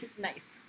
nice